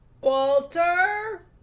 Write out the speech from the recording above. Walter